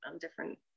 different